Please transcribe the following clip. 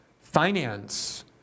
finance